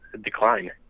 decline